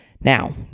Now